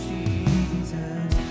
Jesus